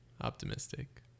optimistic